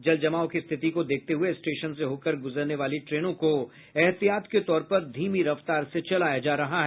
जल जमाव की स्थिति को देखते हुए स्टेशन से होकर गुजरने वाली ट्रेनों को एहतियात के तौर पर धीमी रफ्तार से चलाया जा रहा है